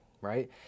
right